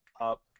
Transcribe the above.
up